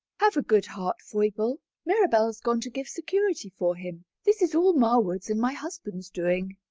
have a good heart, foible mirabell's gone to give security for him. this is all marwood's and my husband's doing.